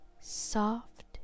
soft